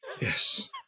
Yes